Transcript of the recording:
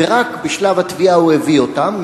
ורק בשלב התביעה הוא הביא אותן,